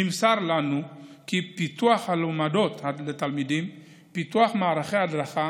נמסר לנו כי פיתוח הלומדות לתלמידים ופיתוח מערכי הדרכה